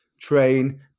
train